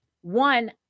one